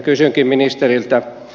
kysynkin ministeriltä